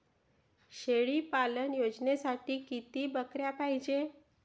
शेळी पालन योजनेसाठी किती बकऱ्या पायजे?